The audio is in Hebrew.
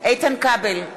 איתן כבל,